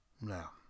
Now